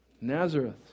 Nazareth